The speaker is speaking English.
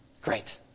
Great